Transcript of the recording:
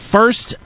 First